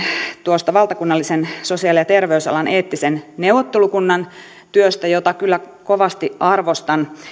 tuosta valtakunnallisen sosiaali ja terveysalan eettisen neuvottelukunnan työstä jota kyllä kovasti arvostan